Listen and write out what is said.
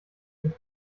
den